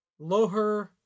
Loher